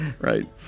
Right